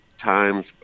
times